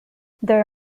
their